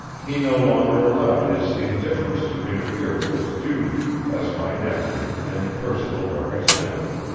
he no longer allowed his indifference to interfere with his duty as my nephew and personal representative.